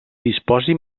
disposi